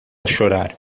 chorar